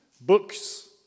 books